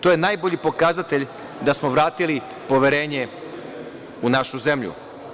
To je najbolji pokazatelj da smo vratili poverenje u našu zemlju.